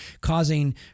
causing